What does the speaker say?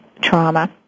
trauma